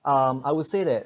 um I would say that